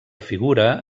figura